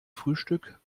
frühstück